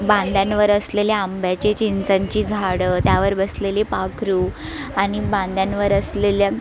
बांधांवर असलेल्या आंब्याचे चिंचांची झाडं त्यावर बसलेली पाखरू आणि बांधांवर असलेल्या